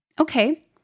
Okay